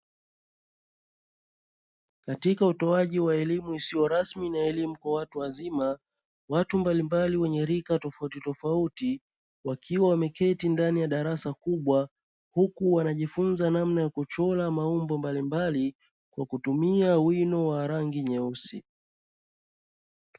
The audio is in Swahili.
Katika utowaji waelimu isiyo rasmi na elimu kwa watu wazima, watu mbalimbali wenye rika tofauti tofauti wakiwa wameketi ndani ya darasa kubwa, huku wanajifunza namna ya kuchora maumbo mbalimbali kwa kutumia wino wa rangi nyeusi.